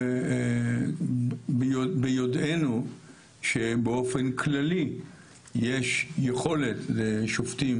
ביודענו שבאופן כללי יש יכולת לשופטים,